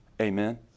Amen